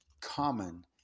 common